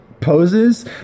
poses